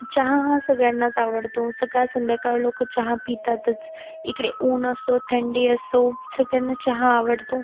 चहा हा सगळ्यांनाच आवडतो सकाळ संध्याकाळ लोक चहा पितातच इकडे ऊन असो थंडी असो सगळ्यांना चहा आवडतो